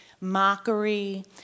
mockery